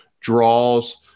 draws